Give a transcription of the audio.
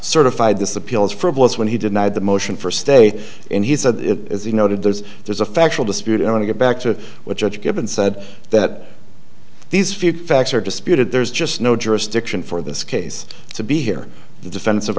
certified this appeal as frivolous when he denied the motion for stay and he said as you noted there's there's a factual dispute i want to get back to what judge given said that these few facts are disputed there's just no jurisdiction for this case to be here the defense of